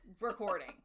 recording